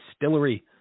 distillery